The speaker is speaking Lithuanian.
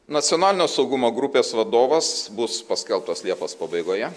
nacionalinio saugumo grupės vadovas bus paskelbtas liepos pabaigoje